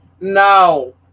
no